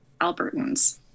Albertans